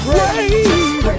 Praise